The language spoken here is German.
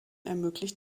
ermöglicht